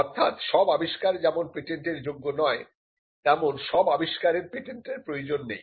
অর্থাৎ সব আবিষ্কার যেমন পেটেন্ট এর যোগ্য নয় তেমন সব আবিষ্কারের পেটেন্ট এর প্রয়োজন নেই